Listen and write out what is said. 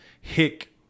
hick